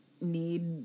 need